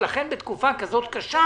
לכן בתקופה כזאת קשה